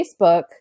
Facebook